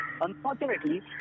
unfortunately